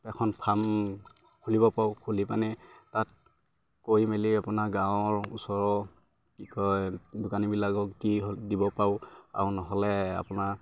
এখন ফাৰ্ম খুলিব পাৰোঁ খুলি পানে তাত কৰি মেলি আপোনাৰ গাঁৱৰ ওচৰৰ কি কয় দোকানীবিলাকক দি হ'ল দিব পাৰোঁ আৰু নহ'লে আপোনাৰ